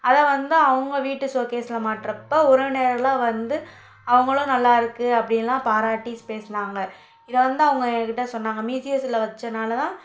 அதை வந்து அவங்க வீட்டு ஷோகேஷ்ல மாட்டுறப்ப உறவினர்களாம் வந்து அவங்களும் நல்லா இருக்குது அப்படிலாம் பாராட்டி பேசுனாங்கள் இதை வந்து அவங்க என்கிட்ட சொன்னாங்கள் மியூசியத்தில் வச்சனால தான்